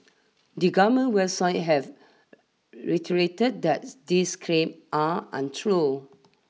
the government website have reiterated that these claim are untrue